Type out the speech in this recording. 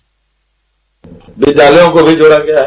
bite विद्यालयों को भी जोड़ा गया है